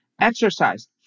Exercise